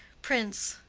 prince.